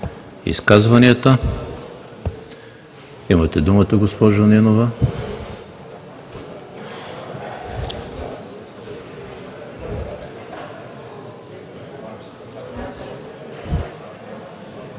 изказванията. Имате думата, госпожо Нинова.